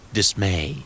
Dismay